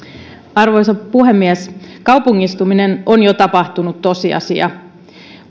arvoisa puhemies kaupungistuminen on jo tapahtunut tosiasia